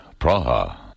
Praha